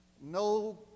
no